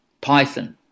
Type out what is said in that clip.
python